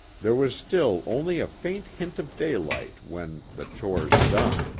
there was still only a faint hint of daylight when, the chores done,